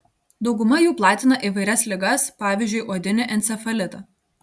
dauguma jų platina įvairias ligas pavyzdžiui uodinį encefalitą